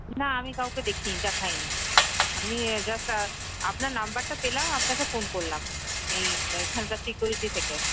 না আমি কাউকে দেখিনি দেখাইনি আমি জাস্ট আপনার নাম্বরটা পেলাম আপনাকে ফোন করলাম এই এখানকার সিকিউরিটি থেকে